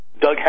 Doug